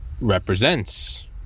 represents